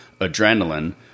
adrenaline